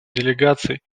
делегаций